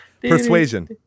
persuasion